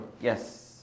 Yes